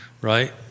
right